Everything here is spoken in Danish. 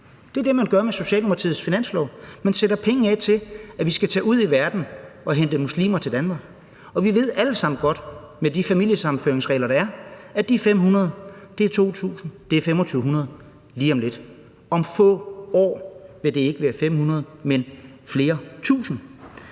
Det er det, man gør med Socialdemokratiets finanslov. Man sætter penge af til, at vi skal tage ud i verden og hente muslimer til Danmark, og vi ved alle sammen godt, at 500 med de familiesammenføringsregler, der er, er 2.000, det er 2.500 lige om lidt. Om få år vil det ikke være 500, men flere tusinde.